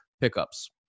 pickups